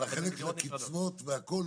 אבל החלק של הקצבאות והכול,